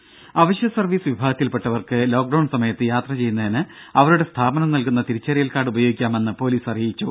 ദേദ അവശ്യ സർവ്വീസ് വിഭാഗത്തിൽപ്പെട്ടവർക്ക് ലോക്ഡൌൺ സമയത്ത് യാത്ര ചെയ്യുന്നതിന് അവരുടെ സ്ഥാപനം നൽകുന്ന തിരിച്ചറിയൽ കാർഡ് ഉപയോഗിക്കാമെന്ന് പൊലീസ് അറിയിച്ചു